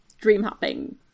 dream-hopping